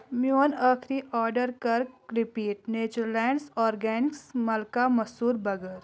میٚون أخری آرڈر کر رِپیٖٹ نیچرلینٛڈس آرگینِکس ملکا مسوٗر بَغٲر